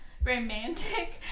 romantic